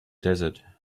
desert